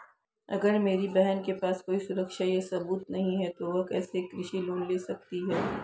अगर मेरी बहन के पास कोई सुरक्षा या सबूत नहीं है, तो वह कैसे एक कृषि लोन ले सकती है?